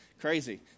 Crazy